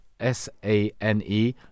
s-a-n-e